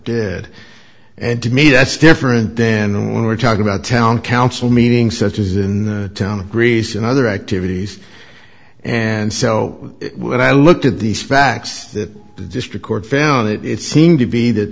did and to me that's different then when we're talking about town council meeting such as in the town of grease and other activities and so when i looked at these facts that the district court found it it seemed to be that